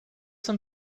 some